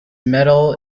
medal